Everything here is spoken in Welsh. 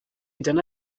dyna